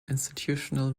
institutional